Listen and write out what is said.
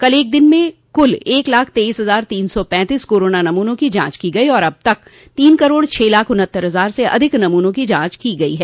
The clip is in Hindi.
कल एक दिन में कुल एक लाख तेईस हजार तीन सौ पैंतीस कोरोना नमूनों की जांच की गई और अब तक तीन करोड़ छह लाख उन्हत्तर हजार से अधिक नमूनों की जांच की गई है